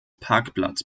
parkplatz